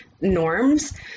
norms